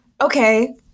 okay